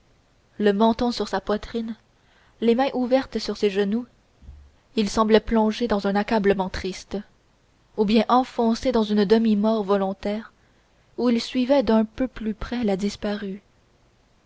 le menton sur sa poitrine les mains ouvertes sur ses genoux il semblait plongé dans un accablement triste ou bien enfoncé dans une demi-mort volontaire où il suivit d'un peu plus près la disparue